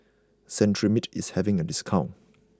Cetrimide is having a discount